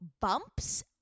bumps